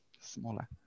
smaller